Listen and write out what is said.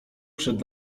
przed